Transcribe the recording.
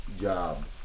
job